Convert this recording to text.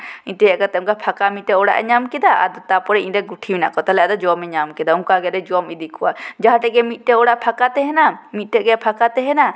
ᱤᱧ ᱴᱷᱮᱱ ᱦᱮᱡ ᱠᱟᱛᱮ ᱯᱷᱟᱸᱠᱟ ᱢᱤᱫᱴᱮᱱ ᱚᱲᱟᱜ ᱮᱭ ᱧᱟᱢ ᱠᱮᱫᱟ ᱛᱟᱨᱯᱚᱨᱮ ᱤᱧ ᱨᱮᱱ ᱜᱩᱴᱷᱤ ᱦᱮᱱᱟᱜ ᱠᱚᱣᱟ ᱛᱟᱦᱞᱮ ᱟᱫᱚ ᱩᱱᱤ ᱡᱚᱢᱮᱭ ᱧᱟᱢ ᱠᱮᱫᱟ ᱚᱱᱠᱟᱜᱮᱭ ᱡᱚᱢ ᱤᱫᱤ ᱠᱚᱣᱟ ᱡᱟᱦᱟᱸ ᱴᱷᱮᱱ ᱜᱮ ᱢᱤᱫᱴᱮᱱ ᱚᱲᱟᱜ ᱯᱷᱟᱸᱠᱟ ᱛᱟᱦᱮᱱᱟ ᱢᱤᱫᱴᱮᱱ ᱜᱮ ᱯᱷᱟᱸᱠᱟ ᱛᱟᱦᱮᱱᱟ ᱟᱨ